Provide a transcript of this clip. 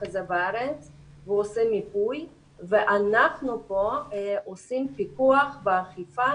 הזה בארץ ואנחנו פה עושים פיקוח ואכיפה